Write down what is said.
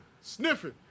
sniffing